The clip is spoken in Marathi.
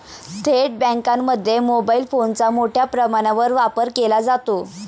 थेट बँकांमध्ये मोबाईल फोनचा मोठ्या प्रमाणावर वापर केला जातो